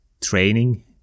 training